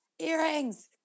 earrings